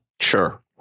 Sure